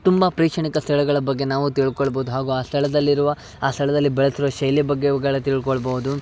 ತುಂಬ ಪ್ರೇಕ್ಷಣೀಯ ಸ್ಥಳಗಳ ಬಗ್ಗೆ ನಾವು ತಿಳ್ಕೊಳ್ಬೌದು ಹಾಗೂ ಆ ಸ್ಥಳದಲ್ಲಿರುವ ಆ ಸ್ಥಳದಲ್ಲಿ ಬೆಳೆಯುತ್ತಿರುವ ಶೈಲಿ ಬಗ್ಗೆ ಅವುಗಳ ತಿಳ್ಕೊಳ್ಬೌದು